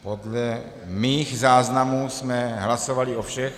Podle mých záznamů jsme hlasovali o všech...